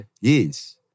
Yes